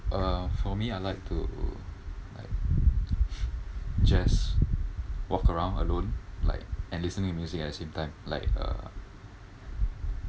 uh for me I like to like just walk around alone like and listening to music at the same time like uh